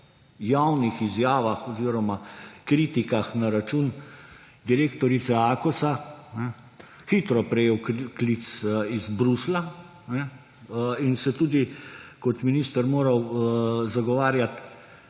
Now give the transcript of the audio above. javnih izjavah oziroma kritikah na račun direktorice Akosa hitro prejel klic iz Bruslja in se tudi kot minister moral zagovarjati,